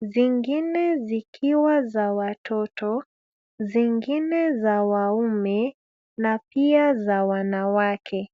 zingine zikiwa za watoto, zingine za waume na pia za wanawake.